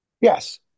Yes